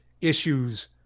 issues